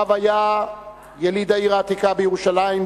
הרב היה יליד העיר העתיקה בירושלים,